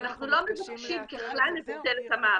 ככלל אנחנו לא מבקשים לבטל את זה.